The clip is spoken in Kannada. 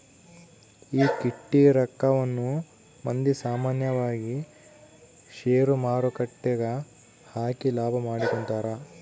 ಈಕ್ವಿಟಿ ರಕ್ಕವನ್ನ ಮಂದಿ ಸಾಮಾನ್ಯವಾಗಿ ಷೇರುಮಾರುಕಟ್ಟೆಗ ಹಾಕಿ ಲಾಭ ಮಾಡಿಕೊಂತರ